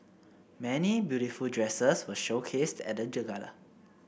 many beautiful dresses were showcased at the gala